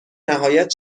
نهایت